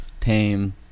tame